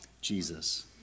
Jesus